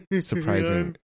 surprising